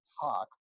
talk